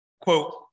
Quote